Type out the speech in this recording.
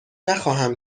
نخواهم